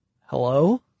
hello